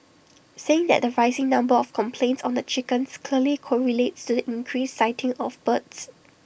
saying that the rising number of complaints on the chickens clearly correlates to the increased sighting of birds